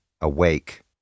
awake